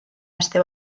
aste